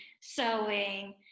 sewing